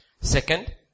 Second